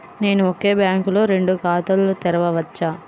నేను ఒకే బ్యాంకులో రెండు ఖాతాలు తెరవవచ్చా?